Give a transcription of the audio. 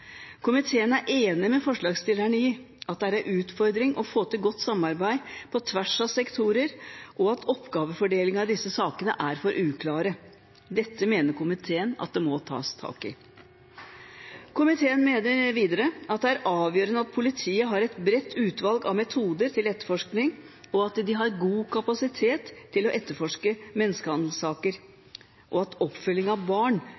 Komiteen er enig med forslagsstillerne i at det er en utfordring å få til godt samarbeid på tvers av sektorer, og at oppgavefordelingen i disse sakene er for uklare. Dette mener komiteen det må tas tak i. Komiteen mener videre det er avgjørende at politiet har et bredt utvalg av metoder til etterforskning, at de har god kapasitet til å etterforske saker om menneskehandel, og at oppfølging av barn